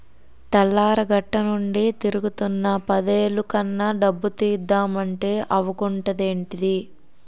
తెల్లారగట్టనుండి తిరుగుతున్నా పదేలు కన్నా డబ్బు తీద్దమంటే అవకుంటదేంటిదీ?